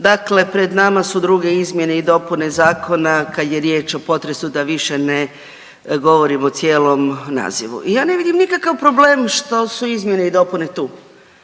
Dakle pred nama su 2. izmjene i dopune Zakona kad je riječ o potresu da više ne govorimo cijelom nazivu. Ja ne vidim nikakav problem što su izmjene i dopune tu.